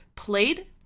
Played